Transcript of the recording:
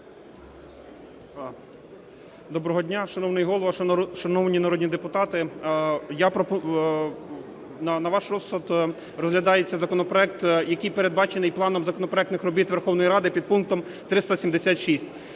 Доброго дня, шановний Голово, шановні народні депутати! На ваш розсуд розглядається законопроект, який передбачений планом законопроектних робіт Верховної Ради під пунктом 376.